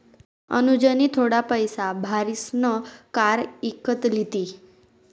अनुजनी थोडा पैसा भारीसन कार इकत लिदी